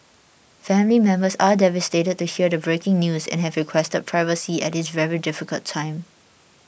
family members are devastated to hear the breaking news and have requested privacy at this very difficult time